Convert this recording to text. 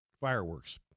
fireworks